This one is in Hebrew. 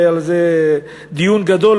והיה על זה דיון גדול,